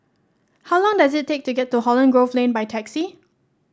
how long does it take to get to Holland Grove Lane by taxi